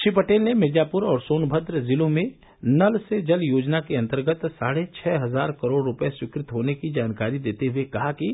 श्री पटेल ने मिर्जापूर और सोनभद्र जिलों में नल से जल योजना के अंतर्गत साढ़े छह हजार करोड़ रुपये स्वीकृत होने की जानकारी देते हुए कहा कि